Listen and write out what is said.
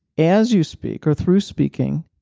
as you speak or through speaking,